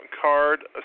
card